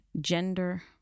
gender